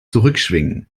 zurückschwingen